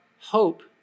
hope